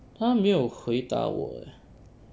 他没有回答我 eh